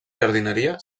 jardineria